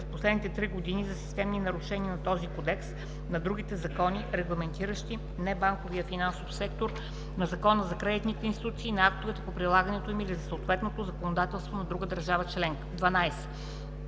последните три години за системни нарушения на този Кодекс, на другите закони, регламентиращи небанковия финансов сектор, на Закона за кредитните институции и на актовете по прилагането им или на съответното законодателство на друга държава членка; 12.